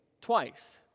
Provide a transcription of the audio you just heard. Twice